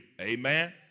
Amen